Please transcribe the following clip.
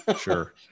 Sure